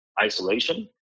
isolation